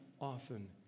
often